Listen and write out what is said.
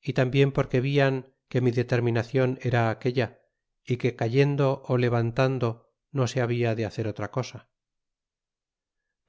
y tambien porque vian que mi determinacion era aquella y que cayendo levan tando note hablado hacer otra cosa